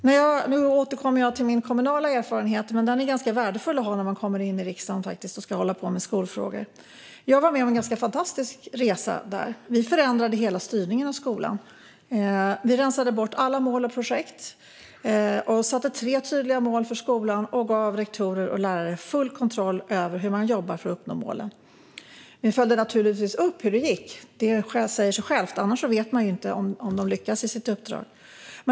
Nu tar jag återigen upp min kommunala erfarenhet, men den är faktiskt ganska värdefull när man kommer in i riksdagen och ska hålla på med skolfrågor. Jag var med om en ganska fantastisk resa där vi förändrade hela styrningen av skolan. Vi rensade bort alla mål och projekt, satte tre tydliga mål för skolan och gav rektorer och lärare full kontroll över hur de jobbar för att uppnå målen. Vi följde naturligtvis upp hur det gick - det säger sig självt, för annars vet vi inte om de lyckas i sitt uppdrag.